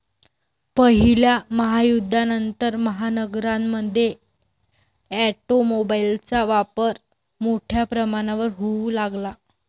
पहिल्या महायुद्धानंतर, महानगरांमध्ये ऑटोमोबाइलचा वापर मोठ्या प्रमाणावर होऊ लागला